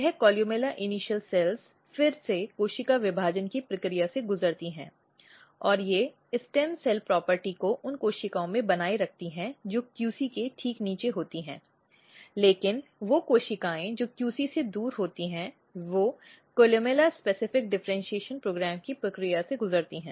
यह कोलुमेला प्रारंभिक कोशिकाएं फिर से कोशिका विभाजन की प्रक्रिया से गुजरती हैं और वे स्टेम सेल संपत्ति को उन कोशिकाओं में बनाए रखती हैं जो QC के ठीक नीचे होती हैं लेकिन वे कोशिकाएं जो QC से दूर होती हैं वे कोलुमेला विशिष्ट डिफरेन्शीऐशन कार्यक्रम की प्रक्रिया से गुजरती हैं